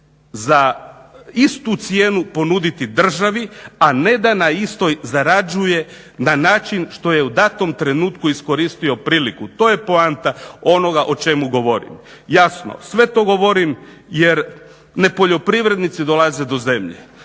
za istu cijenu ponuditi državi, a ne da na istoj zarađuje na način što je u datom trenutku iskoristio priliku. To je poanta onoga o čemu govorim. Jasno, sve to govorim jer nepoljoprivrednici dolaze do zemlje.